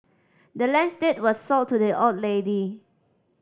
the land's deed was sold to the old lady